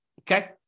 Okay